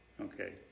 Okay